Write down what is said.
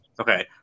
Okay